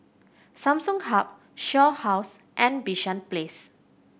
Samsung Hub Shaw House and Bishan Place